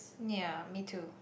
ya me too